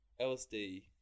LSD